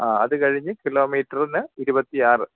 ആ അത് കഴിഞ്ഞ് കിലോമീറ്ററിന് ഇരുപത്തിയാറ്